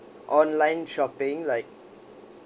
online shopping like